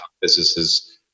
businesses